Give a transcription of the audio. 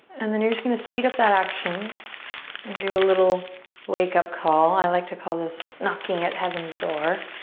and then you're just gonna speed up that action and do a little wake up call. i like to call this knocking at heaven's door.